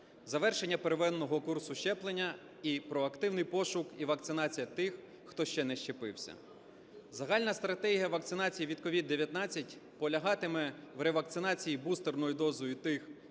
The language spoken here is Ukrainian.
завершення первинного курсу щеплення і проактивний пошук і вакцинація тих, хто ще не щепився. Загальна стратегія вакцинації від COVID-19 полягатиме в ревакцинації бустерною дозою тих,